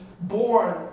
born